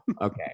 okay